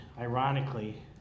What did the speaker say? ironically